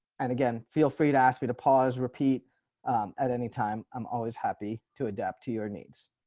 and again, feel free to ask me to pause. repeat at any time. i'm always happy to adapt to your needs.